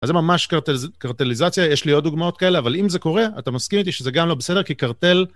אז זה ממש קרטליזציה, יש לי עוד דוגמאות כאלה, אבל אם זה קורה, אתה מסכים איתי שזה גם לא בסדר, כי קרטל...